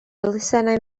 elusennau